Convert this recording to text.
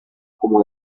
como